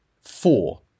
Four